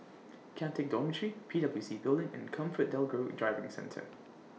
Kian Teck Dormitory P W C Building and ComfortDelGro Driving Centre